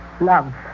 love